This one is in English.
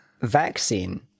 vaccine